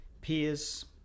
peers